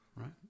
right